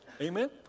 Amen